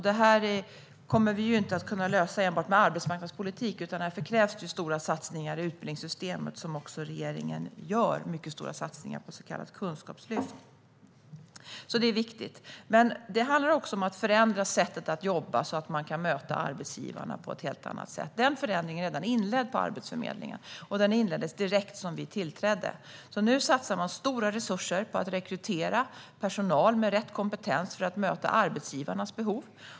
Det kommer vi inte att kunna lösa enbart med arbetsmarknadspolitik, utan det krävs stora satsningar på utbildningssystemet som regeringen också gör - mycket stora satsningar på ett så kallat kunskapslyft. Det här är viktigt. Men det handlar också om att förändra sättet att jobba så att man kan möta arbetsgivarna på ett helt annat sätt. Den förändringen är redan inledd på Arbetsförmedlingen. Den inleddes direkt då vi tillträdde. Nu satsar man stora resurser på att rekrytera personal med rätt kompetens för att möta arbetsgivarnas behov.